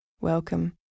Welcome